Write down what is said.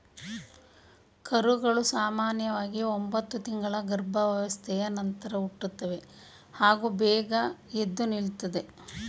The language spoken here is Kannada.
ಕರುಗಳು ಸಾಮನ್ಯವಾಗಿ ಒಂಬತ್ತು ತಿಂಗಳ ಗರ್ಭಾವಸ್ಥೆಯ ನಂತರ ಹುಟ್ಟುತ್ತವೆ ಹಾಗೂ ಬೇಗ ಎದ್ದು ನಿಲ್ತದೆ